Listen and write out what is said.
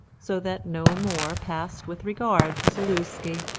so that no more passed with regard to zaluski.